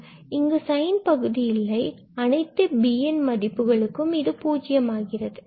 ஏனெனில் இங்கு சைன் பகுதி இல்லை அனைத்து bn மதிப்புகளும் 0 ஆகிறது